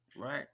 right